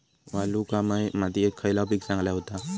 वालुकामय मातयेत खयला पीक चांगला होता?